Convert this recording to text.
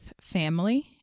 family